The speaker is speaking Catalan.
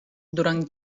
durant